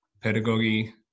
pedagogy